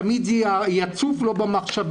תמיד זה יצוף לו במחשבה,